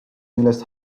millest